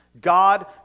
God